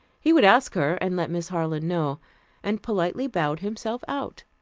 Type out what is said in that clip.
he would ask her, and let miss harland know and politely bowed himself out.